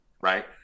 right